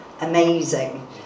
amazing